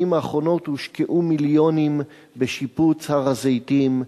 האחרונות הושקעו מיליונים בשיפוץ הר-הזיתים,